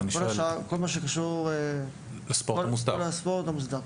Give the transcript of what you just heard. זה מתייחס לכל מה שקשור לספורט המוסדר.